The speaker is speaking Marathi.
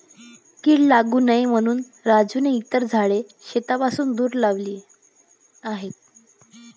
कीड लागू नये म्हणून राजूने इतर झाडे शेतापासून दूर लावली आहेत